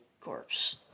corpse